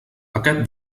aquest